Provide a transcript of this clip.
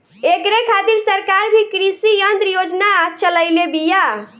ऐकरे खातिर सरकार भी कृषी यंत्र योजना चलइले बिया